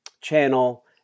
Channel